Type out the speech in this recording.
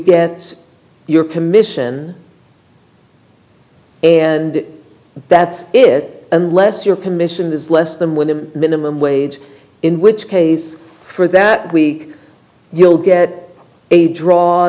get your commission and that's it unless your commission is less than with the minimum wage in which case for that week you'll get a draw